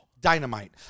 Dynamite